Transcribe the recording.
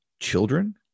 children